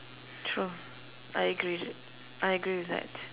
true I agree I agree with that